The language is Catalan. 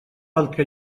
altre